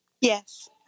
yes